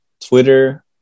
Twitter